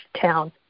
town